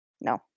No